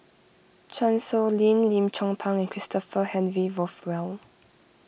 Chan Sow Lin Lim Chong Pang and Christopher Henry Rothwell